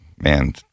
man